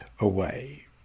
away